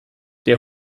der